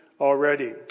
already